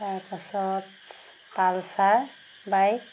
তাৰপাছত Pulsar bike